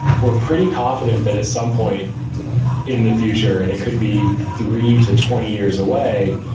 we're pretty confident that at some point in the future, and it could be three to twenty years away,